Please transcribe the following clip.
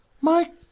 Mike